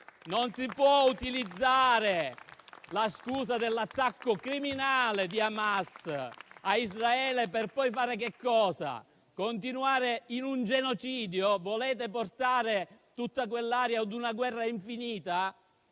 non si può utilizzare la scusa dell'attacco criminale di Hamas a Israele per poi fare che cosa? Continuare in un genocidio? Volete portare tutta quell'area a una guerra infinita?